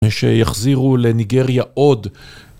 ושיחזירו לניגריה עוד